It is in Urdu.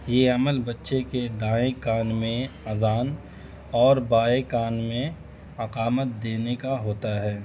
یہ عمل بچے کے دائیں کان میں اذان اور بائے کان میں اقامت دینے کا ہوتا ہے